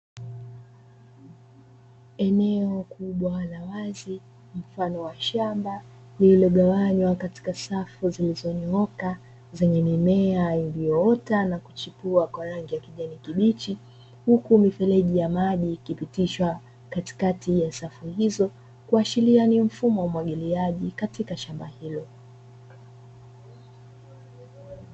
Eneo kubwa la wazi mfano wa shamba lililogawanywa, katika safu zilizonyoka zenye mimea iliyoota na kuchipua kwa rangi ya kijani kibichi huku mifeleji ya maji ikipitishwa katikati ya safu hizo kuashiria ni mfumo wa umwagiliaji katika shamba hilo.